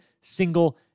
single